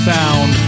Sound